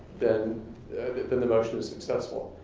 then then the motion is successful.